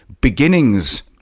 beginnings